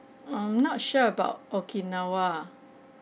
um not sure about okinawa